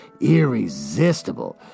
irresistible